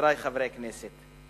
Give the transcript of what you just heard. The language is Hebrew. חברי חברי הכנסת,